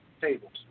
tables